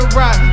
rock